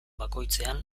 bakoitzean